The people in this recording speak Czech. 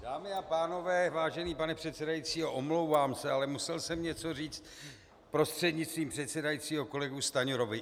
Dámy a pánové, vážený pane předsedající, omlouvám se, ale musel jsem něco říct prostřednictvím předsedajícího kolegu Stanjurovi.